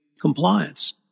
compliance